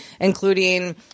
including